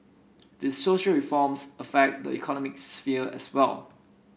these social reforms affect the economy sphere as well